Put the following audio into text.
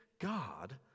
god